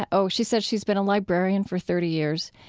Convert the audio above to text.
ah oh, she says she's been a librarian for thirty years.